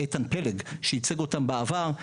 איתן פלג שייצג אותם בעבר,